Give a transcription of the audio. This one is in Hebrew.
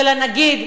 של הנגיד,